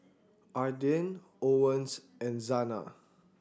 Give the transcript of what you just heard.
Ardith Owens and Zana